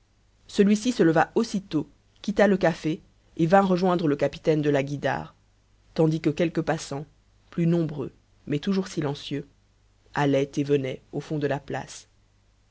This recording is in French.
celui-ci se leva aussitôt quitta le café et vint rejoindre le capitaine de la guïdare tandis que quelques passants plus nombreux mais toujours silencieux allaient et venaient au fond de la place